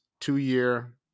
two-year